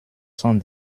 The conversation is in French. cent